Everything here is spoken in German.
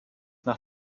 nach